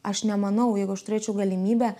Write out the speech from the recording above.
aš nemanau jeigu aš turėčiau galimybę